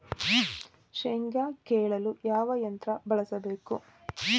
ಶೇಂಗಾ ಕೇಳಲು ಯಾವ ಯಂತ್ರ ಬಳಸಬೇಕು?